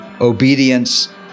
obedience